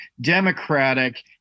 democratic